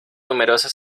numerosa